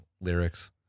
lyrics